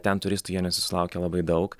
ten turistų jie nesulaukia labai daug